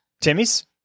Timmy's